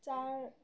চার